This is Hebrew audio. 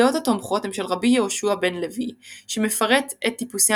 הדעות התומכות הם של רבי יהושע בן לוי שמפרט את טיפוסי